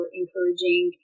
encouraging